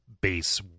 base